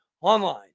online